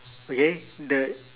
okay the